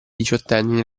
diciottenni